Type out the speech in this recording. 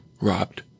robbed